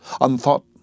unthought